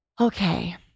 okay